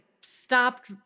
stopped